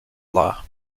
law